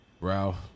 Ralph